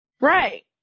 Right